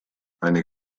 eine